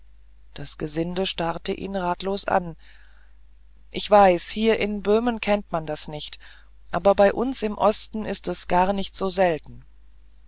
das gesinde starrte ihn ratlos an ich weiß hier in böhmen kennt man das nicht aber bei uns im osten ist es nicht gar so selten